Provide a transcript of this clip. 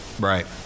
Right